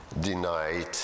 denied